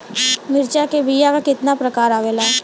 मिर्चा के बीया क कितना प्रकार आवेला?